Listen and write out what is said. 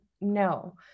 no